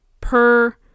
per-